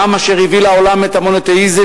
העם אשר הביא לעולם את המונותיאיזם,